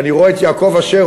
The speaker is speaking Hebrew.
אני רואה את יעקב אשר,